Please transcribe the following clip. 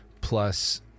plus